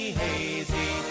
hazy